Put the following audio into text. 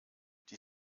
die